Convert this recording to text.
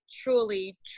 truly